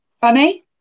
funny